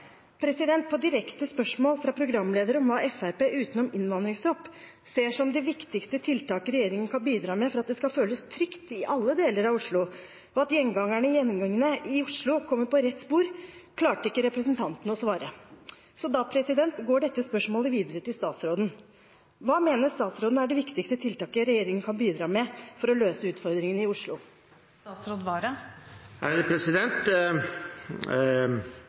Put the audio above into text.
På direkte spørsmål fra programlederen om hva Fremskrittspartiet, utenom innvandringsstopp, ser som de viktigste tiltakene regjeringen kan bidra med for at det skal føles trygt i alle deler av Oslo, og at gjengangerne i gjengene i Oslo kommer på rett spor, klarte ikke representanten å svare. Så da går dette spørsmålet videre til statsråden. Hva mener statsråden er det viktigste tiltaket regjeringen kan bidra med for å løse utfordringene i